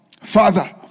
Father